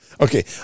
Okay